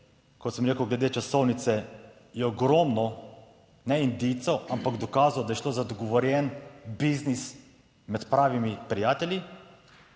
kot sem rekel glede časovnice, je ogromno ne indicev, ampak dokazov, da je šlo za dogovorjen biznis med pravimi prijatelji